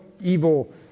evil